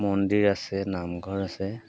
মন্দিৰ আছে নামঘৰ আছে